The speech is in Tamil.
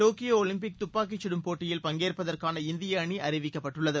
டோக்கியோ ஒலிம்பிக் தப்பாக்கிச் சுடும் போட்டியில் பங்கேற்பதற்கான இந்திய அணி அறிவிக்கப்பட்டுள்ளது